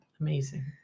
Amazing